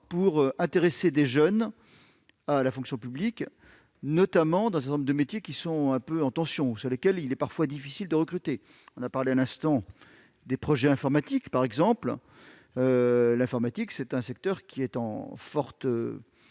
pour intéresser des jeunes à la fonction publique, notamment dans un certain nombre de métiers qui sont un peu sous tension, et pour lesquels il est parfois difficile de recruter. On a parlé à l'instant des projets informatiques : c'est un secteur qui est en forte